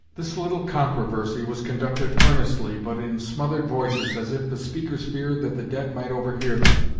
this little controversy was conducted earnestly, but in smothered voices, as if the speakers feared that the dead might overhear them.